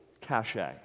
cachet